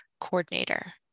coordinator